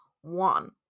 one